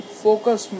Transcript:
focus